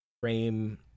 frame